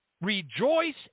Rejoice